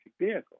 vehicle